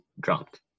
dropped